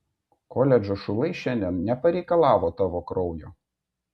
koledžo šulai šiandien nepareikalavo tavo kraujo